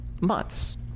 months